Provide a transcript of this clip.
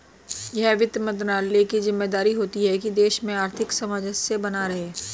यह वित्त मंत्रालय की ज़िम्मेदारी होती है की देश में आर्थिक सामंजस्य बना रहे